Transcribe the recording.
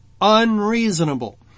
unreasonable